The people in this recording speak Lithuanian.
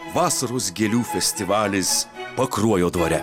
vasaros gėlių festivalis pakruojo dvare